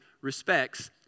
respects